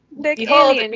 Behold